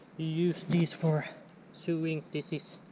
use these for sewing. this